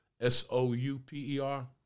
S-O-U-P-E-R